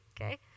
Okay